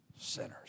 sinners